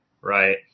Right